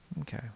Okay